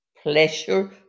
pleasure